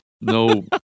no